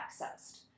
accessed